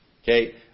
Okay